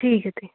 ठीक है ठीक